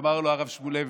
אמר לו הרב שמואלביץ,